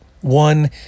one